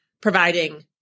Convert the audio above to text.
providing